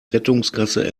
rettungsgasse